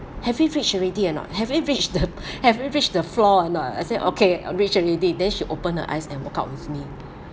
have we reached already or not have we reached the have we reached the floor or not I say okay reached already then she open her eyes and walk out with me